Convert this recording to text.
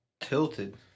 tilted